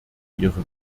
ihren